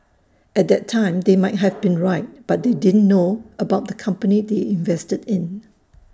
at that time they might have been right but they didn't know about the company they invested in